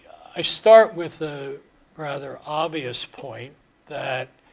i start with a rather obvious point that